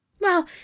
Well